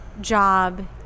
job